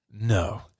no